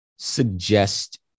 Suggest